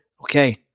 Okay